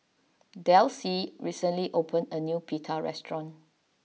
Delcie recently opened a new Pita restaurant